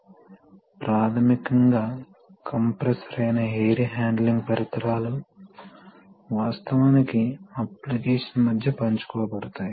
కాబట్టి ఏమి జరుగుతుందంటే ఇక్కడ ప్రెషర్ సాధారణంగా స్థిరమైన స్థితిలో ఉంటుంది ఇది ప్రెషర్ కి సమానం కాబట్టి ఈ పూల్ పై నికర ఫోర్స్ సున్నా